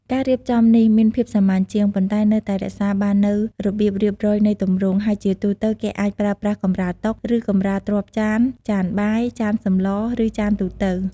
ការរៀបចំនេះមានភាពសាមញ្ញជាង ប៉ុន្តែនៅតែរក្សាបាននូវរបៀបរៀបរយនៃទម្រង់ ហើយជាទូទៅគេអាចប្រើប្រាស់ កម្រាលតុ ឬកម្រាលទ្រាប់ចាន ចានបាយ ចានសម្ល ឬចានទូទៅ។